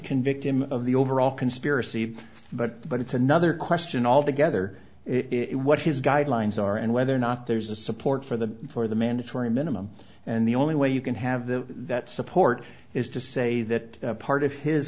convict him of the old all conspiracy but but it's another question altogether it what his guidelines are and whether or not there's a support for the for the mandatory minimum and the only way you can have the that support is to say that part of his